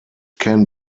can